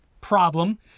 problem